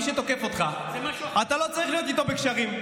אתה לא צריך להיות איתו בקשרים.